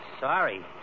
sorry